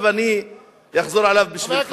עכשיו אני אחזור עליו בשבילך,